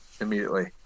immediately